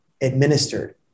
administered